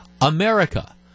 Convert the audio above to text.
America